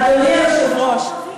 אדוני היושב-ראש,